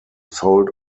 sold